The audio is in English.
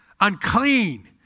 unclean